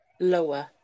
Lower